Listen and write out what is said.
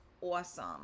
awesome